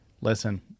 Listen